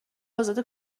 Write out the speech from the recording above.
ازاده